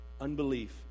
unbelief